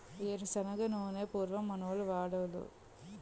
ఏరు శనగ నూనె పూర్వం మనోళ్లు వాడోలు